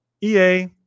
EA